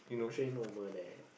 train over there